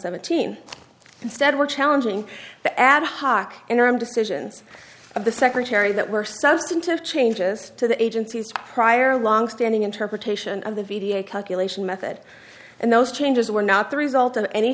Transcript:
seventeen instead we're challenging the ad hoc interim decisions of the secretary that were substantive changes to the agency's prior longstanding interpretation of the vdare calculation method and those changes were not the result of any